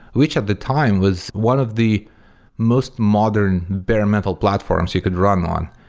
which at the time was one of the most modern bare metal platforms you could run on.